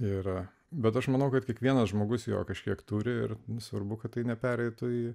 yra bet aš manau kad kiekvienas žmogus jo kažkiek turi ir nesvarbu kad tai nepereitų į